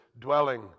dwelling